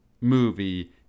movie